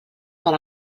per